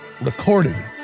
recorded